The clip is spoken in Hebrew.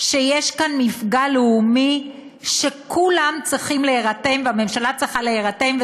שיש כאן מפגע לאומי שכולם צריכים להירתם והממשלה צריכה להירתם,